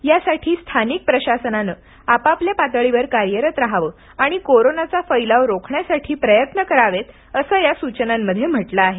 यासाठी स्थानिक प्रशासनानं आपापल्या पातळीवर कार्यरत राहवं आणि कोरोनाचा फैलाव रोखण्यासाठी प्रयत्न करावेत असं या सूचनांमध्ये म्हटल आहे